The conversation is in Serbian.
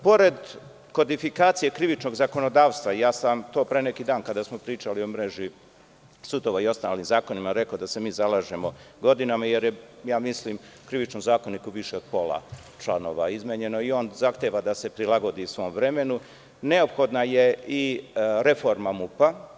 Pored kodifikacije krivičnog zakonodavstva, ja sam vamo to pre neki dan kada smo pričali o mreži sudova i ostalim zakonima, rekao da se mi zalažemo godinama jer je, mislim, u Krivičnom zakoniku više od pola članova izmenjeno i on zahteva da se prilagodi svom vremenu, neophodna je i reforma MUP.